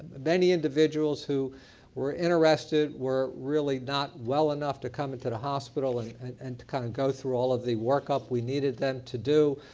many individuals who were interested were really not well enough to come into the hospital and and to kinda kind of go through all of the work-up we needed them to do.